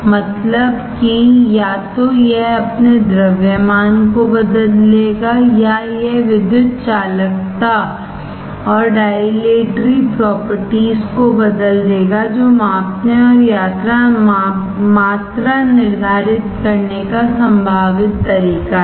मतलब की या तो यह अपने द्रव्यमान को बदल देगा या यह विद्युत चालकता और डाइलेटरी प्रॉपर्टीज को बदल देगा जो मापने और मात्रा निर्धारित करने का संभावित तरीका है